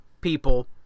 people